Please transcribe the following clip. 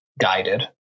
guided